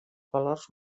valors